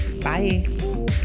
Bye